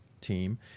team